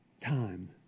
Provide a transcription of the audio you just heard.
Time